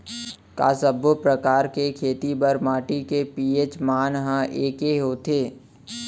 का सब्बो प्रकार के खेती बर माटी के पी.एच मान ह एकै होथे?